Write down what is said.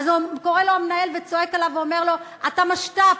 אז קורא לו המנהל וצועק עליו ואומר לו: אתה משת"פ,